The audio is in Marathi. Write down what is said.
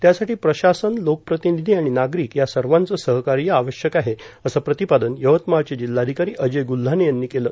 त्यासाठी प्रशासनए लोकप्रतिनिधी आणि नागरिक या सर्वांचे सहकार्य आवश्यक आहेए असं प्रतिपादन यवतमाळचे जिल्हाधिकारी अजय गल्हाने यांनी केलं